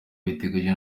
biteganywa